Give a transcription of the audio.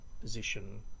position